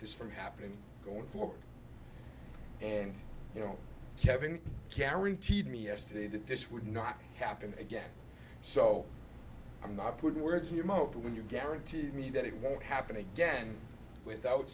this from happening going forward and you know kevin guaranteed me yesterday that this would not happen again so i'm not putting words in your mouth when you guarantee me that it won't happen again without